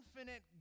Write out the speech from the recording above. infinite